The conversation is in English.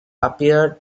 appeared